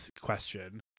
question